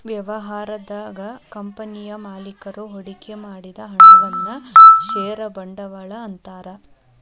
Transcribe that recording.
ವ್ಯವಹಾರದಾಗ ಕಂಪನಿಯ ಮಾಲೇಕರು ಹೂಡಿಕೆ ಮಾಡಿದ ಹಣವನ್ನ ಷೇರ ಬಂಡವಾಳ ಅಂತಾರ